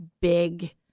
big